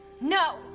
No